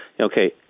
Okay